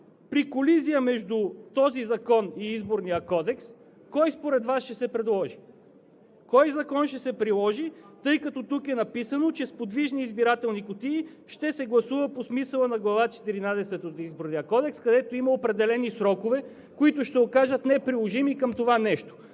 при колизия между този закон и Изборния кодекс кой според Вас ще се приложи? Кой Закон ще се приложи, тъй като тук е написано, че с подвижни избирателни кутии ще се гласува по смисъла на Глава четиринадесета от Изборния кодекс, където има определени срокове, които ще се окажат неприложими към това нещо.